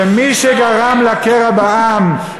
שמי שגרם לקרע בעם,